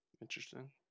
Interesting